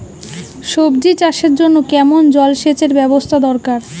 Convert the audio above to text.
সবজি চাষের জন্য কেমন জলসেচের ব্যাবস্থা দরকার?